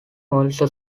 also